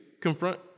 confront